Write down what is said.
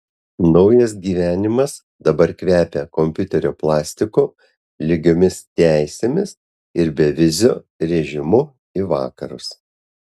naujas gyvenimas dabar kvepia kompiuterio plastiku lygiomis teisėmis ir beviziu režimu į vakarus